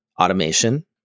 automation